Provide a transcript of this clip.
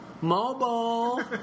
Mobile